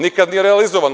Nikad nije realizovano.